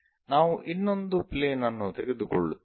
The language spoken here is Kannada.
ನಾವು ಇನ್ನೊಂದು ಪ್ಲೇನ್ ಅನ್ನು ತೆಗೆದುಕೊಳ್ಳುತ್ತೇವೆ